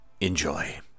enjoy